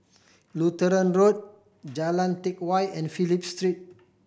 Lutheran Road Jalan Teck Whye and Phillip Street